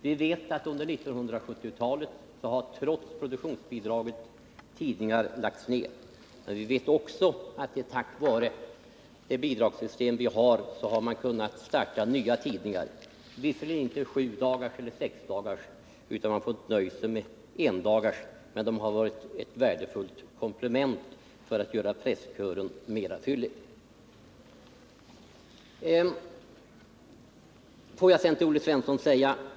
Vi vet att tidningar trots produktionsbidraget har lagts ned under 1970-talet. Men vi vet också att nya tidningar har kunnat startas tack vare vårt bidragssystem. Det har visserligen inte varit tidningar som kommit ut sex eller sju dagar i veckan, utan man har fått nöja sig med tidningar som kommit ut en gång per vecka, men de har varit ett värdefullt komplement när det gällt att göra presskören mer fyllig.